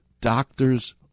doctor's